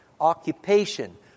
Occupation